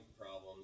problems